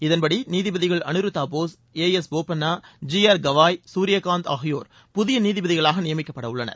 இதன்படி நீதிபதிகள் Aniruddha Bose A S Bopanna G R Gavai Surya Kant ஆகியோர் புதிய நீதிபதிகளாக நியமிக்கப்படவுள்ளனர்